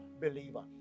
believer